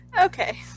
Okay